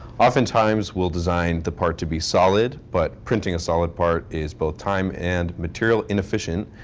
oftentimes, we'll design the part to be solid. but printing a solid part is both time and material inefficient.